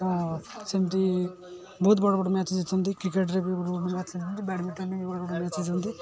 ତ ସେମତି ବହୁତ ବଡ଼ବଡ଼ ମ୍ୟାଚ୍ ଜିତନ୍ତି କ୍ରିକେଟ୍ରେ ବି ବଡ଼ବଡ଼ ମ୍ୟାଚ୍ ଜିତନ୍ତି ବ୍ୟାଡ଼ମିଣ୍ଟନ୍ରେ ବି ବଡ଼ବଡ଼ ମ୍ୟାଚ୍ ଜିତନ୍ତି